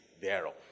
thereof